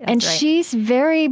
and she's very